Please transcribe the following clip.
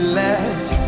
let